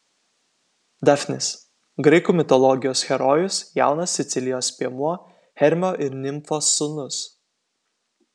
dafnis graikų mitologijos herojus jaunas sicilijos piemuo hermio ir nimfos sūnus